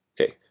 Okay